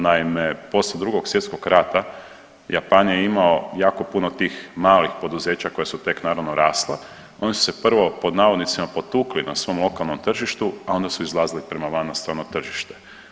Naime, poslije Drugog svjetskog rata Japan je imao jako puno tih malih poduzeća koja su tek naravno rasla i oni su se prvo pod navodnicima potukli na svom lokalnom tržištu, a onda su izlazili prema van na strano tržište.